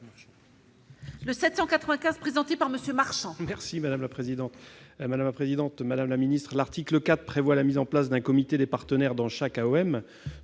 n° 795, présenté par M. Marchand,